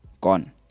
gone